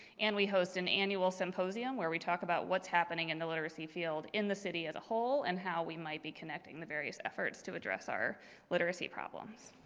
and we host an annual symposium, where we talk about what's happening in the literacy field in the city as a whole and how we might be connecting the various efforts to address our literacy problems.